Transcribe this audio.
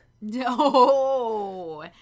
No